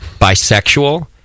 bisexual